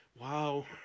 wow